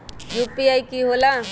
UPI कि होला?